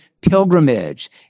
pilgrimage